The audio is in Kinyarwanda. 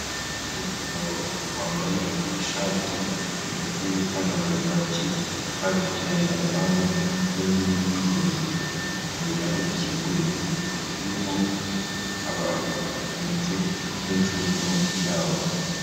Umugabo wambaye ishati ndetse nipantaro ya kaki, ari kugenda iruhande impande y'inzu y'ubucuruzi, imiryango ikinguye irimo abantu, ndetse n'ibicuruzwa byabo.